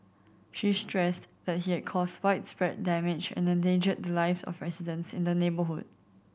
she stressed that he had caused widespread damage and endangered the lives of residents in the neighbourhood